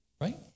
right